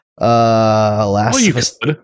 Last